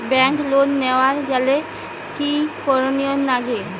Bank loan নেওয়ার গেইলে কি করীর নাগে?